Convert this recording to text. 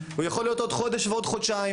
הוא יכול להיות עוד חודש ועוד חודשיים,